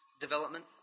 development